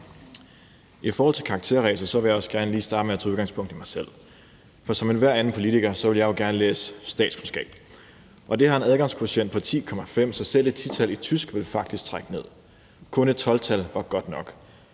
I forhold til karakterræset vil jeg også gerne lige starte med at tage udgangspunkt i mig selv. For som enhver anden politiker vil jeg jo gerne læse statskundskab. Det studie har en adgangskvotient på 10,5, så selv et 10-tal i tysk ville faktisk trække ned. Kun et 12-tal var godt nok.